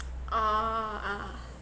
uh ah